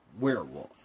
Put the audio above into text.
Werewolf